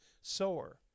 sower